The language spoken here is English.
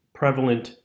prevalent